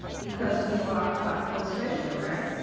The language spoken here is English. because we are what? post-racial, right?